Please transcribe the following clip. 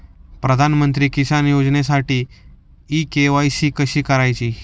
प्रधानमंत्री किसान योजनेसाठी इ के.वाय.सी कशी करायची?